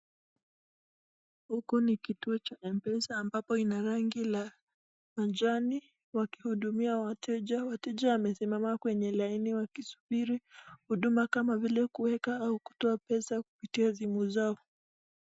Huku ni kituo cha Mpesa ambapo ina rangi la manjano, wakihudumia wateja. Wateja wamesimama kwenye laini wakisubiri huduma kama vile kuweka au kutoa pesa kupitia simu zao.